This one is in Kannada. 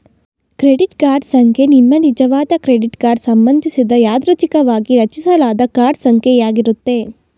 ಕ್ರೆಡಿಟ್ ಕಾರ್ಡ್ ಸಂಖ್ಯೆ ನಿಮ್ಮನಿಜವಾದ ಕ್ರೆಡಿಟ್ ಕಾರ್ಡ್ ಸಂಬಂಧಿಸಿದ ಯಾದೃಚ್ಛಿಕವಾಗಿ ರಚಿಸಲಾದ ಕಾರ್ಡ್ ಸಂಖ್ಯೆ ಯಾಗಿರುತ್ತೆ